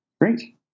Great